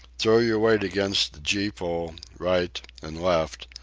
throw your weight against the gee-pole, right and left,